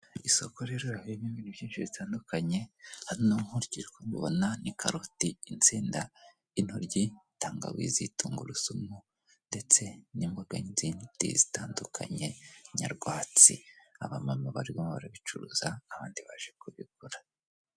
Iri soko rero harimo ibintu byinshi bitandukanye hano nkurikije uko mbibona ni karoti, insenda, intoryi, tangawizi, tungurusumu ndetse n'imboga zindi zitandukanye nyarwatsi. Aba mama barimo barabicuruza n'abandi baje kubigura.